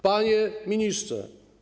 Panie Ministrze!